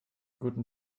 guten